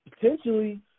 potentially –